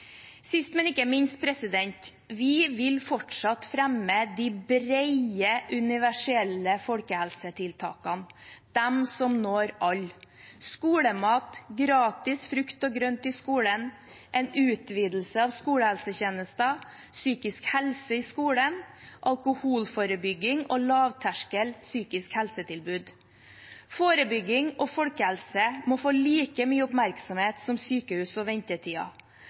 Sist, men ikke minst: Vi vil fortsatt fremme de brede, universelle folkehelsetiltakene, de som når alle – skolemat, gratis frukt og grønt i skolen, en utvidelse av skolehelsetjenesten, psykisk helse i skolen, alkoholforebygging og lavterskeltilbud innen psykisk helse. Forebygging og folkehelse må få like mye oppmerksomhet som sykehus og